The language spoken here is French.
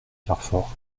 carfor